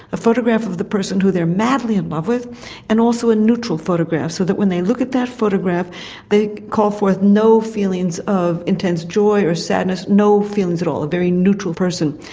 a photograph of the person who they are madly in love with and also a neutral photograph so that when they look at that photograph they call forth no feelings of intense joy or sadness, no no feelings at all, a very neutral person.